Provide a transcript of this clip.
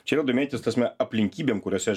čia yra domėtis ta prasme aplinkybėm kuriose aš